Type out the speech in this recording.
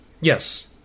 Yes